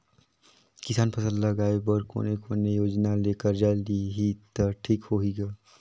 किसान फसल लगाय बर कोने कोने योजना ले कर्जा लिही त ठीक होही ग?